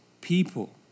people